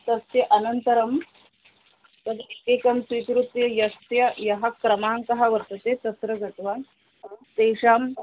तस्य अनन्तरं तद् एकं स्वीकृत्य यस्य यः क्रमाङ्कः वर्तते तत्र गत्वा तेषाम्